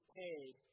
paid